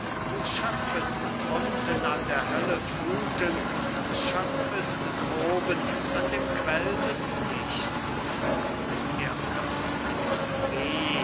du schöpfest drunten an der hölle flüssen du schöpfest droben an dem quell des lichts erster chor cajetan wehe